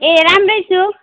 ए राम्रै छु